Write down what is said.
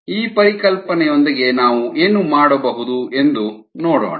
ಈ ಪರಿಕಲ್ಪನೆಯೊಂದಿಗೆ ನಾವು ಏನು ಮಾಡಬಹುದು ಎಂದು ನೋಡೋಣ